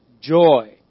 joy